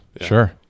sure